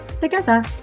together